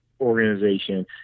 organization